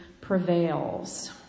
prevails